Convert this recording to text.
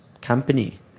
company